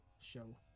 show